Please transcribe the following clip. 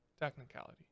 technicality